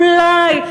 אולי,